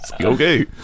okay